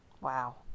Wow